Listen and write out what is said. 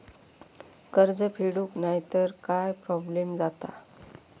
कर्ज फेडूक नाय तर काय प्रोब्लेम जाता?